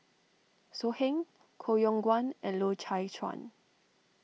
So Heng Koh Yong Guan and Loy Chye Chuan